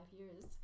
years